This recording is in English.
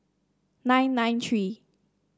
nine nine three